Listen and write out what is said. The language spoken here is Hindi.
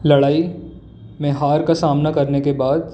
लड़ाई में हार का सामना करने के बाद